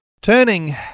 Turning